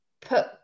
put